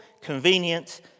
convenient